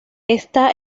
está